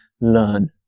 learn